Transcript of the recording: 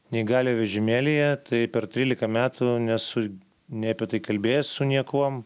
neįgaliojo vežimėlyje tai per trylika metų nesu nei apie tai kalbėjęs su niekuom